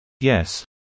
Yes